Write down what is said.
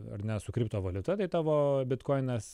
ar ne su kriptovaliuta tai tavo bitkoinas